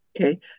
Okay